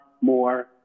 more